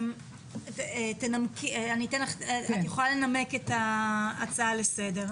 את יכולה לנמק את ההצעה לסדר.